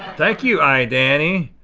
thank you, i danny.